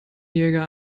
jäger